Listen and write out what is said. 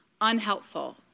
unhelpful